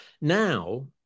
Now